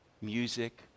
music